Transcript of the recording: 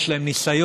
יש להם ניסיון,